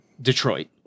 Detroit